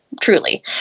truly